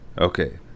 Okay